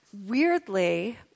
Weirdly